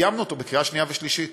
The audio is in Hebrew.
סיימנו אותו בקריאה שנייה ושלישית,